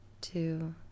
two